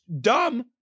dumb